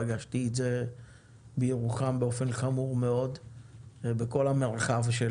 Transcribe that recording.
פגשתי את זה בירוחם באופן חמור מאוד בכל המרחב של